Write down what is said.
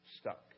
Stuck